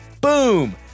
boom